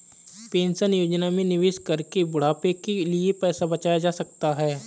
pension योजना में निवेश करके बुढ़ापे के लिए पैसा बचाया जा सकता है